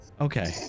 Okay